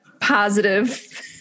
positive